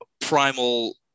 primal